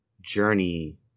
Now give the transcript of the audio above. journey